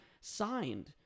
signed